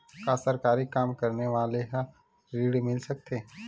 का सरकारी काम करने वाले ल हि ऋण मिल सकथे?